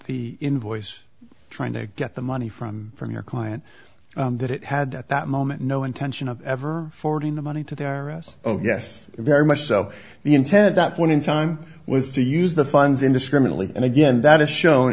the invoice trying to get the money from from your client that it had at that moment no intention of ever forwarding the money to their us oh yes very much so the intent of that point in time was to use the funds indiscriminately and again that is shown